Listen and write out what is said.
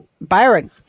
Byron